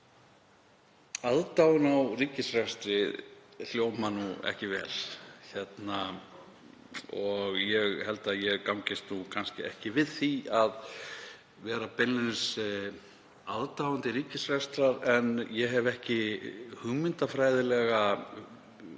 Aðdáun á ríkisrekstri hljómar ekki vel og ég held að ég gangist ekki við því að vera beinlínis aðdáandi ríkisrekstrar en ég hef ekki hugmyndafræðilega